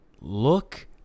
look